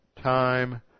time